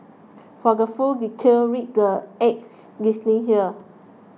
for the full details read the ad's listing here